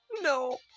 No